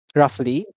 roughly